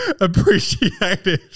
appreciated